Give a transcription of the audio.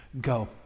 Go